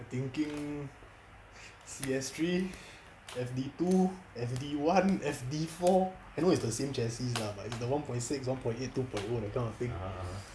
I thinking C_S three F_D two F_D one F_D four I know is the same chasis lah but it's the one point six one point eight two point O that kind of thing